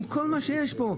אם כל מה שיש פה.